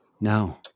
No